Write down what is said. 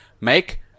make